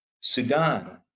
Sudan